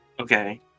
Okay